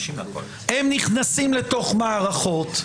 הם נכנסים לתוך מערכות,